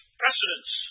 precedence